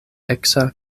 eksa